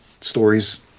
stories